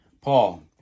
Paul